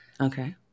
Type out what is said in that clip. Okay